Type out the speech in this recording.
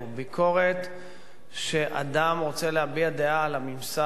ביקורת שאדם רוצה להביע דעה על הממסד,